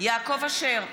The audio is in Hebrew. יעקב אשר,